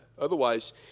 Otherwise